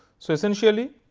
so, essentially,